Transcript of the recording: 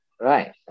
Right